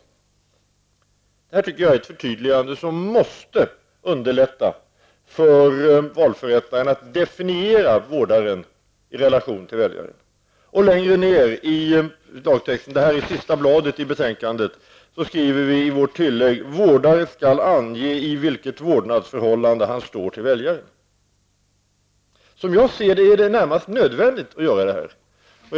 Jag anser att detta är ett förtydligande som måste underlätta för valförrättaren att definiera vårdarens ställning i relation till väljaren. Längre fram i vårt föreslagna tillägg skriver vi: Enligt min uppfattning är det nödvändigt att ta med detta tillägg.